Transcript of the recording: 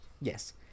Yes